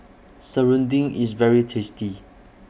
Serunding IS very tasty